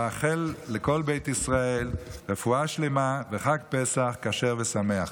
אאחל לכל בית ישראל רפואה שלמה וחג פסח כשר ושמח.